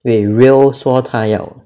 wait rio 说他要